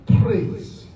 praise